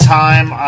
time